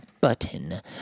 button